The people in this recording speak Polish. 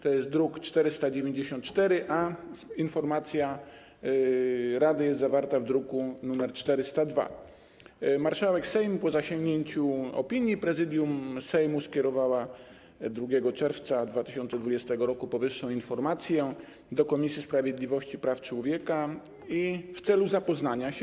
To jest druk nr 494, a informacja rady jest zawarta w druku nr 402. Marszałek Sejmu, po zasięgnięciu opinii Prezydium Sejmu, skierowała 2 czerwca 2020 r. powyższą informację do Komisji Sprawiedliwości i Praw Człowieka w celu zapoznania się.